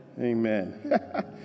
Amen